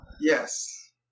Yes